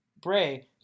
Bray